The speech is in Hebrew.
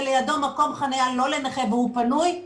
ולידו מקום חנייה לא לנכה והוא פנוי,